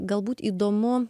galbūt įdomu